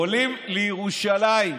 עולים לירושלים.